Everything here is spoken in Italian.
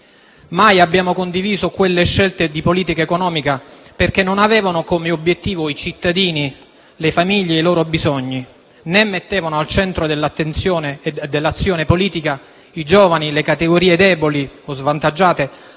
Mai abbiamo condiviso quelle scelte di politica economica, perché non avevano come obiettivo i cittadini, le famiglie e i loro bisogni, né mettevano al centro dell'attenzione e dell'azione politica i giovani, le categorie deboli o svantaggiate,